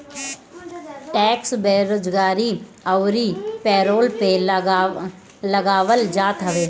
tax बेरोजगारी अउरी payroll पे लगावल जात हवे